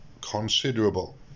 considerable